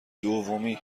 دومی